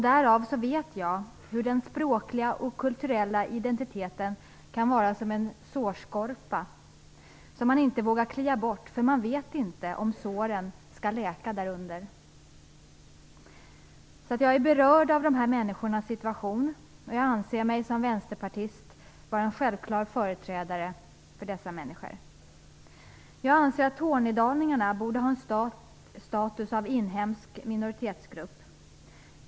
Jag vet därför hur den språkliga och kulturella identiteten kan vara som en sårskorpa som man inte vågar klia bort därför att man inte vet om såren där under skall läka. Jag är alltså berörd av de här människornas situation och som vänsterpartist anser jag mig vara en självklar företrädare för dem. Jag anser att tornedalingarna borde ha status av inhemsk minoritetsgrupp.